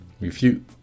Refute